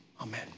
Amen